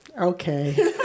Okay